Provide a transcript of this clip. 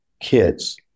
kids